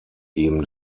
ihm